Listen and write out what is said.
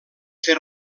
fer